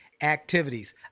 activities